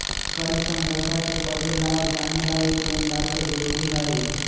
कर्ज समझौता के पढ़े ला और जाने ला एक लेनदार के जरूरी हई